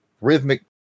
rhythmic